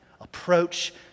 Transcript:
approach